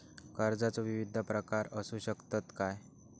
कर्जाचो विविध प्रकार असु शकतत काय?